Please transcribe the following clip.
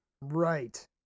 Right